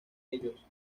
ellos